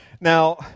Now